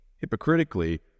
hypocritically